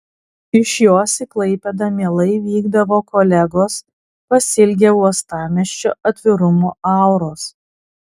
iš jos į klaipėdą mielai vykdavo kolegos pasiilgę uostamiesčio atvirumo auros